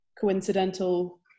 coincidental